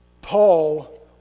Paul